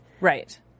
Right